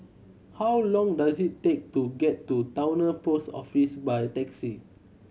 how long does it take to get to Towner Post Office by taxi